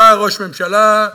בא ראש ממשלה,